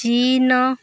China